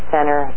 Center